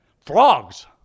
Frogs